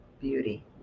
beauty